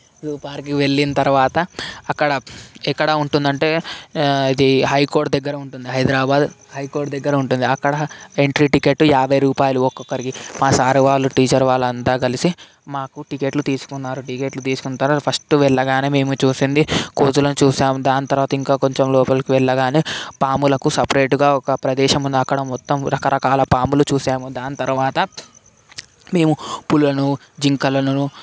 zoo పార్క్కి వెళ్ళిన తర్వాత అక్కడ ఎక్కడ ఉంటుంది అంటే ఇది హై కోర్టు దగ్గర ఉంటుంది హైదరాబాద్ హై కోర్టు దగ్గర ఉంటుంది అక్కడ ఎంట్రీ టికెట్టు యాభై రూపాయలు ఒక్కొక్కరికి మా సార్ వాళ్ళు టీచర్ వాళ్ళు అంతా కలిసి మాకు టికెట్లు తీసుకున్నారు టికెట్లు తీసుకున్నాక ఫస్ట్ వెళ్ళంగానే మేము చూసింది కోతులను చూశాము దాని తర్వాత ఇంకా కొంచెం లోపలికి వెళ్ళగానే పాములకు సపరేట్గా ఒక ప్రదేశం ఉంది అక్కడ మొత్తం రకరకాల పాములు చూసాము దాని తర్వాత మేము పులులను జింకలను